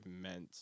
meant